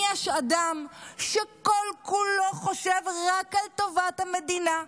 יש אדם שכל-כולו חושב רק על טובת המדינה,